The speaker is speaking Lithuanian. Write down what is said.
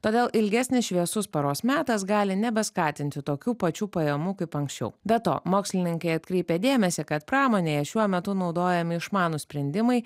todėl ilgesnis šviesus paros metas gali nebeskatinti tokių pačių pajamų kaip anksčiau be to mokslininkai atkreipia dėmesį kad pramonėje šiuo metu naudojami išmanūs sprendimai